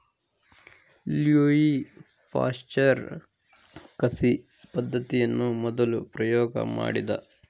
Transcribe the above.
Louis Pasteur ಕಸಿ ಪದ್ದತಿಯನ್ನು ಮೊದಲು ಪ್ರಯೋಗ ಮಾಡಿದ